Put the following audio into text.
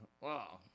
wow